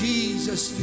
Jesus